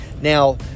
Now